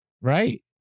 Right